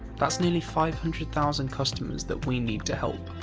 that's nearly five hundred thousand customers that we need to help.